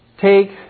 take